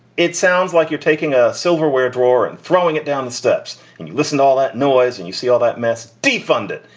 it sounds like you're taking a silverware drawer and throwing it down the steps and you listen to all that noise and you see all that mess, defund it.